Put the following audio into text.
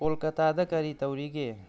ꯀꯣꯜꯀꯥꯇꯥꯗ ꯀꯔꯤ ꯇꯧꯔꯤꯒꯦ